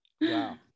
Wow